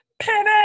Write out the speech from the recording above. pivot